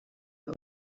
know